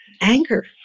Anger